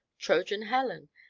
trojan helen,